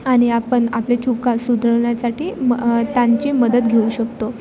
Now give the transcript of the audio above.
आणि आपण आपल्या चुका सुधारण्यासाठी मग त्यांची मदत घेऊ शकतो